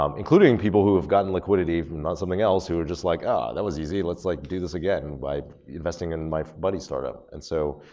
um including people who have gotten liquidity from something else who were just like, ah, that was easy, let's like, do this again by investing in my buddy's startup and so,